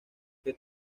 que